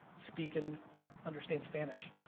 speak and understand spanish.